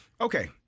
okay